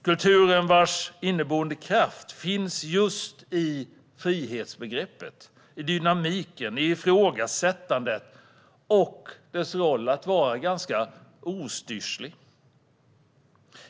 Kulturens inneboende kraft finns just i frihetsbegreppet, dynamiken, ifrågasättandet och i dess roll att vara ganska ostyrig.